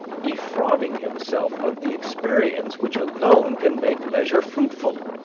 defrauding himself of the experience which alone can make leisure fruitful.